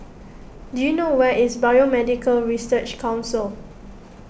do you know where is Biomedical Research Council